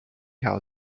how